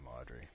Audrey